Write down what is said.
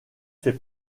fait